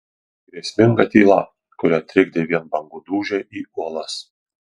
grėsminga tyla kurią trikdė vien bangų dūžiai į uolas